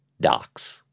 docs